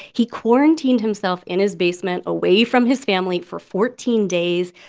he quarantined himself in his basement away from his family for fourteen days.